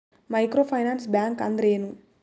Micro finance bank ಅಂದ್ರ ಏನು?